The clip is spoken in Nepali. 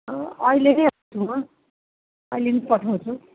अहिले नै आइहाल्छु अहिले नै पठाउँछु